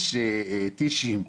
יש "טישים".